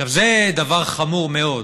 זה דבר חמור מאוד.